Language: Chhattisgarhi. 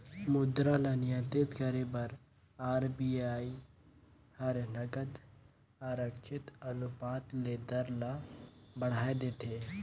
मुद्रा ल नियंत्रित करे बर आर.बी.आई हर नगद आरक्छित अनुपात ले दर ल बढ़ाए देथे